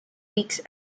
weeks